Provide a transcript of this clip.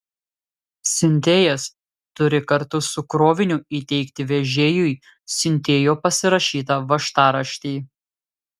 siuntėjas turi kartu su kroviniu įteikti vežėjui siuntėjo pasirašytą važtaraštį